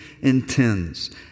intends